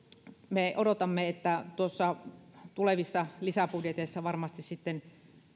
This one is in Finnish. me odotamme että tulevissa lisäbudjeteissa varmasti sitten